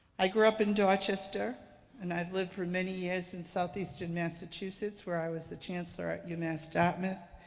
i grew up in dorchester and i've lived for many years in southeastern massachusetts, where i was the chancellor at umass dartmouth,